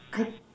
I